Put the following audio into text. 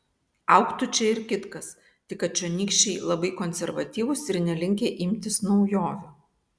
augtų čia ir kitkas tik kad čionykščiai labai konservatyvūs ir nelinkę imtis naujovių